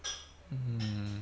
mmhmm